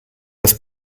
das